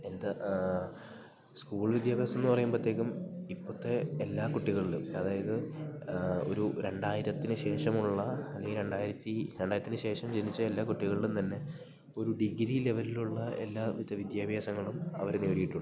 എന്താ സ്കൂൾ വിദ്യാഭ്യാസം എന്ന് പറയുമ്പത്തേക്കും ഇപ്പത്തെ എല്ലാ കുട്ടികളിലും അതായത് ഒരു രണ്ടായിരത്തിന് ശേഷമുള്ള അല്ലെങ്കിൽ രണ്ടായിരത്തി രണ്ടായിരത്തിന് ശേഷം ജനിച്ച എല്ലാ കുട്ടികളിലുംതന്നെ ഒരു ഡിഗ്രി ലെവൽലുള്ള എല്ലാ വിദ്യാഭ്യാസങ്ങളും അവർ നേടിയിട്ടുണ്ട്